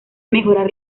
mejorar